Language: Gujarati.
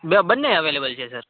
બે બંને અવેલેબલ છે સર